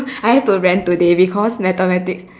I have to rant today because mathematics